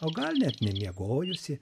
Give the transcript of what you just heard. o gal net nemiegojusi